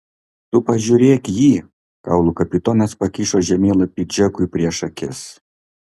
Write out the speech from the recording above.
tu pažiūrėk jį kaulų kapitonas pakišo žemėlapį džekui prieš akis